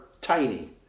Tiny